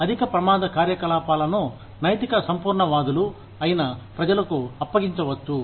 ఏదైనా అధిక ప్రమాద కార్యకలాపాలను నైతిక సంపూర్ణవాదులు అయిన ప్రజలకు అప్పగించవచ్చు